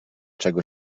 czego